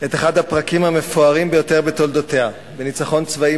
את אחד הפרקים המפוארים ביותר בתולדותיה בניצחון צבאי